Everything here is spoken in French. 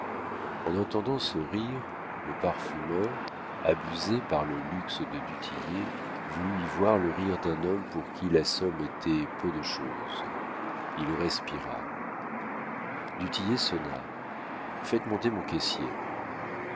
en entendant ce rire le parfumeur abusé par le luxe de du tillet voulut y voir le rire d'un homme pour qui la somme était peu de chose il respira du tillet sonna faites monter mon caissier